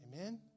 Amen